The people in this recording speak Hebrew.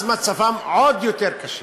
אז מצבם עוד יותר קשה.